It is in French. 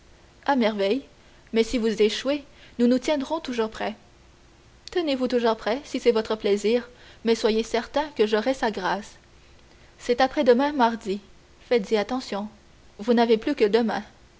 à merveille mais si vous échouez nous nous tiendrons toujours prêts tenez-vous toujours prêts si c'est votre plaisir mais soyez certain que j'aurai sa grâce c'est après-demain mardi faites-y attention vous n'avez plus que demain